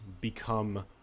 become